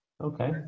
Okay